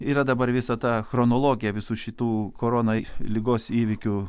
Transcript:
yra dabar visa ta chronologija visų šitų korona ligos įvykių